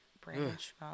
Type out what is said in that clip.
Branch